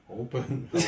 open